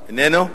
איננו.